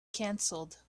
cancelled